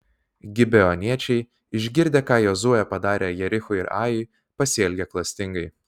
gibeoniečiai išgirdę ką jozuė padarė jerichui ir ajui pasielgė klastingai